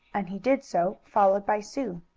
and he did so, followed by sue.